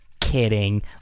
kidding